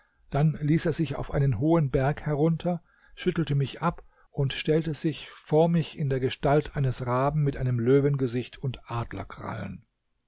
dann ließ er sich auf einen hohen berg herunter schüttelte mich ab und stellte sich vor mich in der gestalt eines raben mit einem löwengesicht und